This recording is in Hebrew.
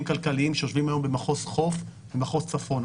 כלכליים שיושבים היום במחוז חוף ובמחוז צפון.